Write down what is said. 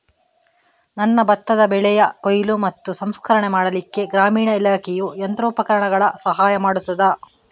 ನನ್ನ ಭತ್ತದ ಬೆಳೆಯ ಕೊಯ್ಲು ಮತ್ತು ಸಂಸ್ಕರಣೆ ಮಾಡಲಿಕ್ಕೆ ಗ್ರಾಮೀಣ ಇಲಾಖೆಯು ಯಂತ್ರೋಪಕರಣಗಳ ಸಹಾಯ ಮಾಡುತ್ತದಾ?